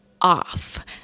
off